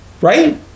right